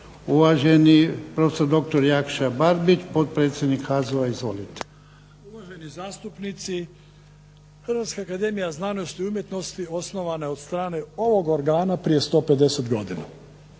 Uvaženi profesor doktor Jakša Barbić, potpredsjednik HAZU. Izvolite. **Barbić, Jakša** Uvaženi zastupnici, Hrvatska akademija znanosti i umjetnosti osnovana je od strane ovog organa prije 150 godina